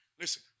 Listen